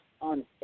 on